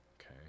okay